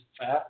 fat